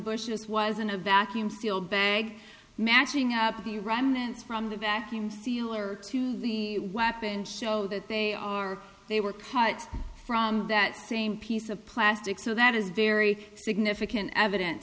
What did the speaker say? bushes was in a vacuum sealed bag matching up the remnants from the vacuum sealer to the weapon show that they are they were cut from that same piece of plastic so that is very significant evidence